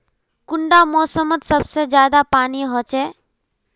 कुंडा मोसमोत सबसे ज्यादा पानी होचे?